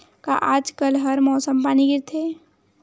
का आज कल हर मौसम पानी गिरथे?